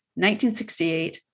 1968